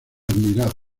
admirado